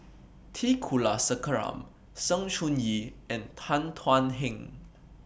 T Kulasekaram Sng Choon Yee and Tan Thuan Heng